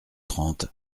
trente